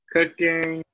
Cooking